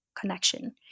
connection